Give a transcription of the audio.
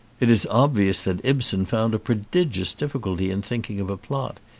it is obvious that ibsen found a prodigious difficulty in thinking of a plot.